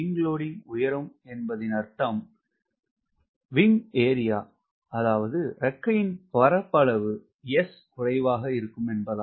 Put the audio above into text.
WS உயரும் என்பதின் அர்த்தம் என்பது S குறைவு என்பதாகும்